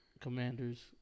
commanders